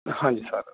ਹਾਂਜੀ ਸਰ